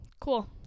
Cool